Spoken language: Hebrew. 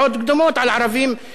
במקום לנסות לאזן.